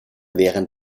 während